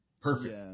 perfect